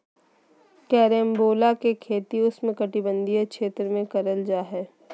carambola के खेती उष्णकटिबंधीय क्षेत्र में करल जा हय